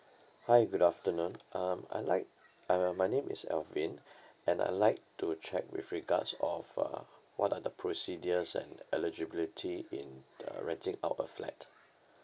hi good afternoon um I'd like uh my name is alvin and I'd like to check with regards of uh what are the procedures and eligibility in uh renting out a flat